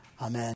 Amen